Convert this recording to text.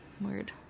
Weird